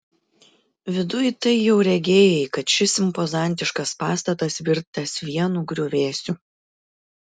viduj tai jau regėjai kad šis impozantiškas pastatas virtęs vienu griuvėsiu